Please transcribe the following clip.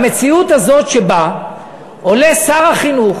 המציאות הזאת שבה עולה שר החינוך